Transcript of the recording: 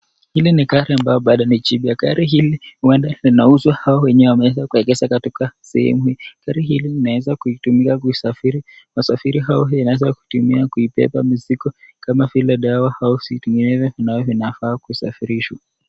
Hili ni gari ambayo bado ni jipya. Gari hili huenda inauzwa au wenye wameweka kuegeza katika sehemu hii. Gari hilli unaweza kuitumia kusafiri au unaweza kuitumia kubeba mzigo kama vile dewa cs] au vitu vingine vinavyo vinafaa kusafirishwa.